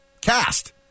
cast